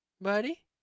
Buddy